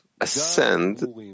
ascend